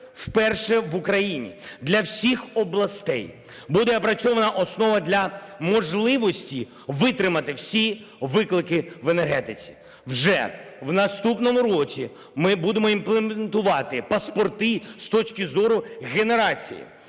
вперше в Україні для всіх областей буде опрацьована основа для можливості витримати всі виклики в енергетиці. Вже в наступному році ми будемо імплементувати паспорти з точки зору генерації,